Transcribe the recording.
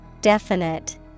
Definite